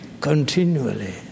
continually